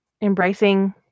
embracing